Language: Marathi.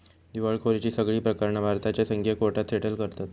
दिवळखोरीची सगळी प्रकरणा भारताच्या संघीय कोर्टात सेटल करतत